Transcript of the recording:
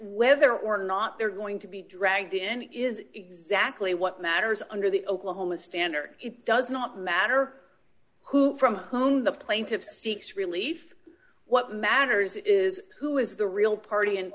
whether or not they're going to be dragged in is exactly what matters under the oklahoma standard it does not matter who from home the plaintiffs seeks relief what matters is who is the real party